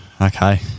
okay